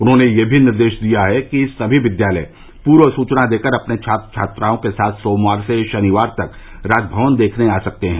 उन्होंने यह भी निर्देश दिये हैं कि सभी विद्यालय पूर्व सुचना देकर अपने छात्र छात्राओं के साथ सोमवार से शनिवार तक राजमवन देखने आ सकते हैं